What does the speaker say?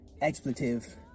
expletive